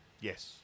yes